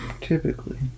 Typically